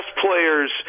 players